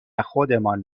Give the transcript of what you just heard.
خودمان